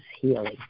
healing